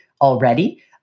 already